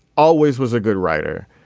always was a good writer.